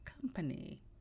company